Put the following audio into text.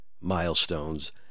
milestones